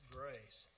grace